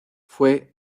fue